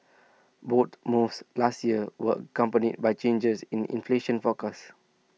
boat moves last year were accompanied by changes in inflation forecast